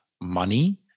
money